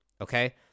Okay